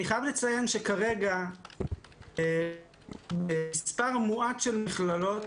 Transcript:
אני חייב לציין שכרגע מספר מועט של מכללות,